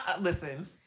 Listen